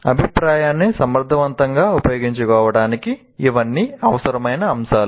అభిప్రాయాన్ని సమర్థవంతంగా ఉపయోగించుకోవడానికి ఇవన్నీ అవసరమైన అంశాలు